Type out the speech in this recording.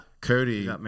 Cody